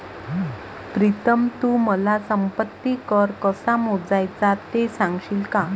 प्रीतम तू मला संपत्ती कर कसा मोजायचा ते सांगशील का?